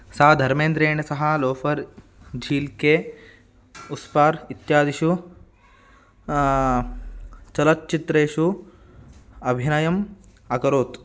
सा धर्मेन्द्रेण सह लोफ़र् झील्के उस्पार् इत्यादिषु चलच्चित्रेषु अभिनयम् अकरोत्